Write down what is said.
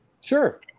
Sure